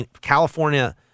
California